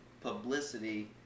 publicity